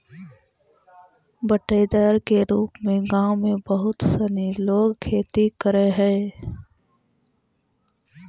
बँटाईदार के रूप में गाँव में बहुत सनी लोग खेती करऽ हइ